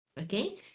Okay